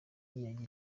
ngingo